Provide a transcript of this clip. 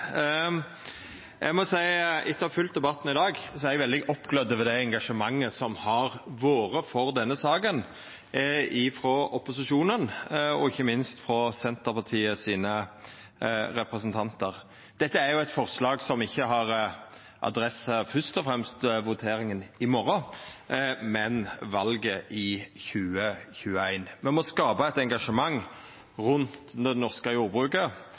Eg må seia, etter å ha følgt debatten i dag, at eg er veldig oppglødd over det engasjementet som har vore for denne saka frå opposisjonen, og ikkje minst frå Senterpartiet sine representantar. Det er eit forslag som ikkje har adresse først og fremst til voteringa i morgon, men til valet i 2021. Me må skapa eit engasjement rundt det norske jordbruket